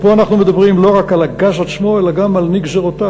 פה אנחנו מדברים לא רק על הגז עצמו אלא גם על נגזרותיו.